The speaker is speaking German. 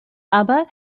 aber